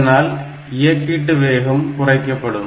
இதனால் இயகீட்டு வேகம் குறைக்கப்படும்